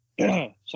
Sorry